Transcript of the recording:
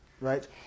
right